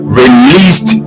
released